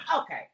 okay